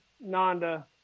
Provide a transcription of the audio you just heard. Nanda